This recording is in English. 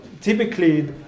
typically